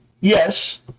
Yes